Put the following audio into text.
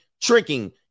tricking